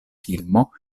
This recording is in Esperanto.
filmo